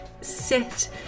sit